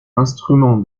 instrument